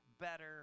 better